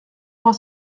vingt